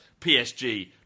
PSG